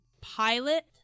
pilot